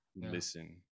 listen